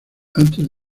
antes